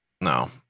No